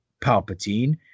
Palpatine